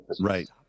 Right